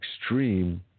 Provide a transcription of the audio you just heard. extreme